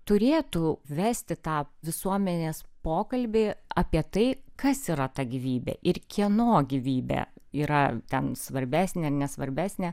turėtų vesti tą visuomenės pokalbį apie tai kas yra ta gyvybė ir kieno gyvybė yra ten svarbesnė nesvarbesnė